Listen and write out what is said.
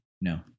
No